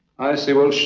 see. well,